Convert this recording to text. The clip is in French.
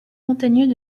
montagneux